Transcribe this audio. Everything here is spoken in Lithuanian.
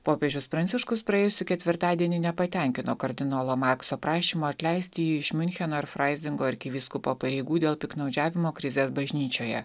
popiežius pranciškus praėjusį ketvirtadienį nepatenkino kardinolo markso prašymo atleisti jį iš miuncheno ir čraizingo arkivyskupo pareigų dėl piktnaudžiavimo krizės bažnyčioje